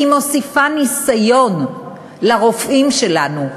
היא מוסיפה ניסיון לרופאים שלנו,